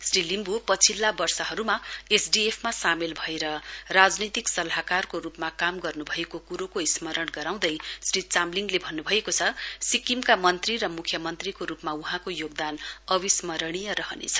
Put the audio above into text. श्री लिम्ब् पछिल्ला वर्षहरूमा एसडीएफमा सामेल भएर राजनैतिक सल्लाहकारको रूपमा काम गर्नु भएको कुरोको स्मरण गराउँदै श्री चामलिङले भन्नुभएको छ सिक्किमका मन्त्री र मुख्यमन्त्रीको रूपमा वहाँको योगदान अविस्मरणीय रहनेछ